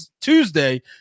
Tuesday